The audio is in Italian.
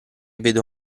vedo